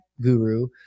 guru